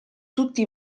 tutti